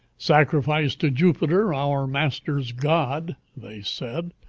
sacrifice to jupiter, our master's god they said.